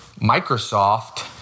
Microsoft